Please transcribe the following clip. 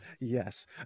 Yes